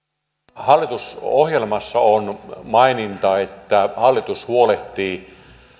hallitusohjelmassa on maininta että hallitus huolehtii